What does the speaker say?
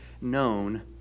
known